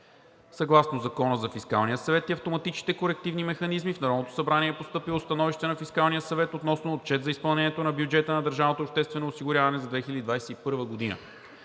Съгласно Закона за фискалния съвет и автоматичните корективни механизми в Народното събрание е постъпило становище на Фискалния съвет относно Отчет за изпълнението на бюджета на Държавното обществено осигуряване за 2021 г.